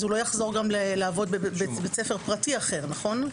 הוא לא יחזור לעבוד בבית ספר פרטי אחר, נכון?